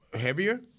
heavier